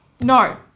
No